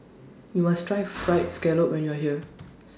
YOU must Try Fried Scallop when YOU Are here